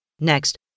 Next